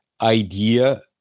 idea